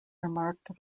remarked